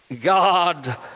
God